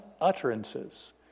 utterances